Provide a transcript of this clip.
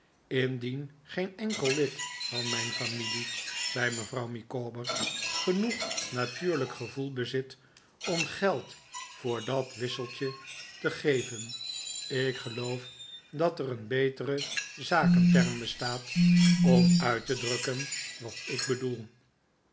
indien geen enkel lid van mijn familie zei mevrouw micawber genoeg natuurlijk gevoel bezit om geld voor dat wisseltje te geven ik geloof dat er een betere zakenterm bestaat om uit te drukken wat ik bedoel